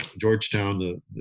Georgetown